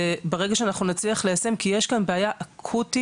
וברגע שאנחנו נצליח ליישם, כי יש כאן בעיה אקוטית